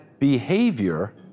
behavior